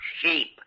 Sheep